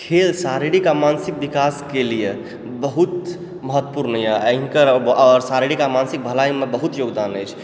खेल शारीरिक आओर मानसिक विकासके लिए बहुत महत्वपुर्ण यऽ एहिके शारीरिक आओर मानसिक भलाइमे बहुत योगदान अछि